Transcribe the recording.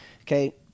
Okay